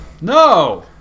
No